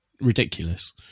ridiculous